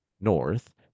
North